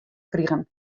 krigen